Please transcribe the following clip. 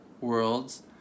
worlds